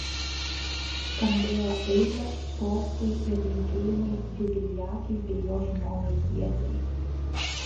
skambėjo eilės tostai ir linkėjimai jubiliatui bei jo žmonai giedrei